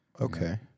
Okay